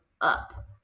up